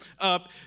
up